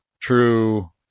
true